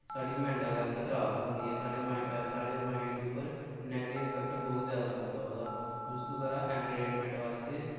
साढ़ी mental health खराब होंदी ऐ साढ़े माईंड उप्पर नैगटिव इफैक्ट बहुत जादा पौंदा ओह्दा उस तो बगैरा इंट्रटेन बास्ते